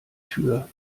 tür